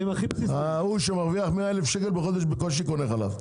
ההוא שמרוויח 100,000 שקלים בחודש בקושי קונה חלב,